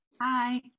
Hi